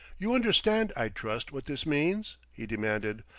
you understand, i trust, what this means? he demanded.